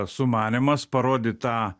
sumanymas parodyt tą